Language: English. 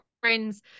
friends